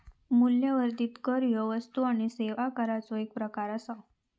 मूल्यवर्धित कर ह्यो वस्तू आणि सेवा कराचो एक प्रकार आसा